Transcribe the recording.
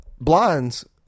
blinds